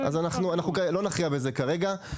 אנחנו לא נכריע בזה כרגע,